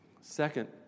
Second